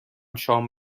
شام